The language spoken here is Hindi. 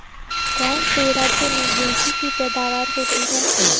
कौन से राज्य में गेंठी की पैदावार होती है?